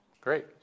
Great